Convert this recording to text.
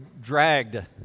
dragged